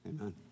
amen